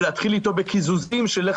ולהתחיל איתו בקיזוזים שיביאו